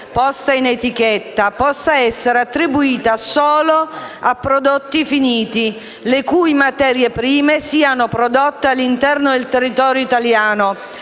posta in etichetta, possa essere attribuita solo a prodotti finiti, le cui materie prime siano prodotte all'interno del territorio italiano,